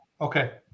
Okay